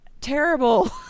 terrible